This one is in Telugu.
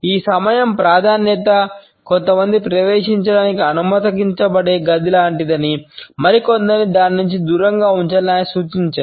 ఈ సమయం ప్రాధాన్యత కొంతమందికి ప్రవేశించడానికి అనుమతించబడే గది లాంటిదని మరికొందరిని దాని నుండి దూరంగా ఉంచాలని ఆయన సూచించారు